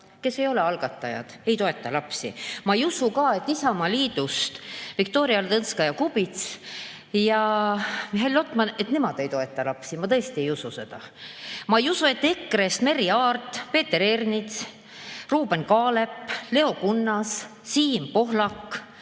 kes ei ole algatajad, ei toeta lapsi. Ma ei usu ka, et Isamaast Viktoria Ladõnskaja-Kubits ja Mihhail Lotman ei toeta lapsi. Ma tõesti ei usu seda. Ma ei usu, et EKRE-st Merry Aart, Peeter Ernits, Ruuben Kaalep, Leo Kunnas, Siim Pohlak,